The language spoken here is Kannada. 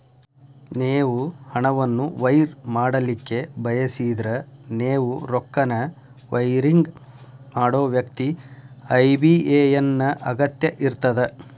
ನೇವು ಹಣವನ್ನು ವೈರ್ ಮಾಡಲಿಕ್ಕೆ ಬಯಸಿದ್ರ ನೇವು ರೊಕ್ಕನ ವೈರಿಂಗ್ ಮಾಡೋ ವ್ಯಕ್ತಿ ಐ.ಬಿ.ಎ.ಎನ್ ನ ಅಗತ್ಯ ಇರ್ತದ